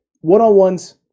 One-on-ones